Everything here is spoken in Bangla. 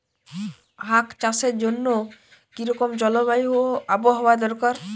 আখ চাষের জন্য কি রকম জলবায়ু ও আবহাওয়া দরকার?